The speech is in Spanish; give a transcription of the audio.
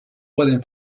pueden